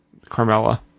Carmella